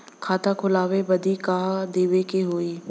खाता खोलावे बदी का का देवे के होइ?